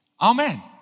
Amen